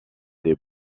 des